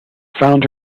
found